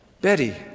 Betty